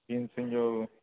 जो